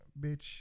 bitch